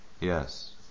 Yes